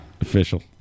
Official